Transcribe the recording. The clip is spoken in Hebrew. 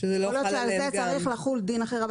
יכול להיות שעל זה צריך לחול דין אחר.